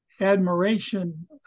admiration